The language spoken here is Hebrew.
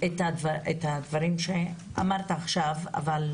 בצורה מסודרת את הדברים שאמרת לגבי